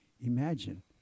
Imagine